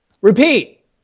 Repeat